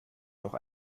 noch